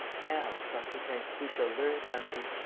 now, thought lupin, we shall learn something.